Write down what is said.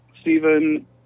Stephen